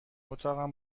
اتاقم